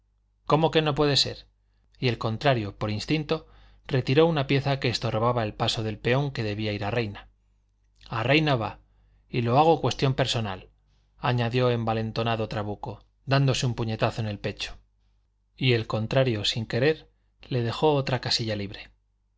cómo que no puede ser y el contrario por instinto retiró una pieza que estorbaba el paso del peón que debía ir a reina a reina va y lo hago cuestión personal añadió envalentonado trabuco dándose un puñetazo en el pecho y el contrario sin querer le dejó otra casilla libre